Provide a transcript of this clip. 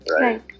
right